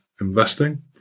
investing